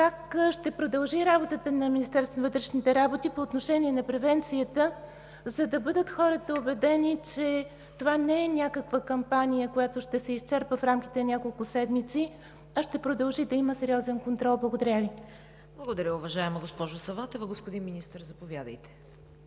Как ще продължи работата на Министерството на вътрешните работи по отношение на превенцията, за да бъдат хората убедени, че това не е някаква кампания, която ще се изчерпа в рамките на няколко седмици, а ще продължи да има сериозен контрол? Благодаря Ви. ПРЕДСЕДАТЕЛ ЦВЕТА КАРАЯНЧЕВА: Благодаря, уважаема госпожо Саватева. Господин Министър, заповядайте.